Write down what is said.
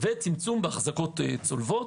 וצמצום בהחזקות צולבות.